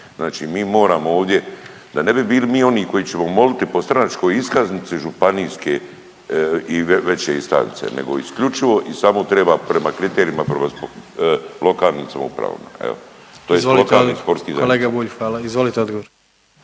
znači mi moramo ovdje da ne bi bili mi oni koji ćemo moliti po stranačkoj iskaznici županijske i veće iskaznice nego isključivo i samo treba prema kriterijima odnosno lokalnim samoupravama, evo…/Upadica predsjednik: Izvolite odgo…/…